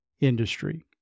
industry